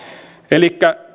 elikkä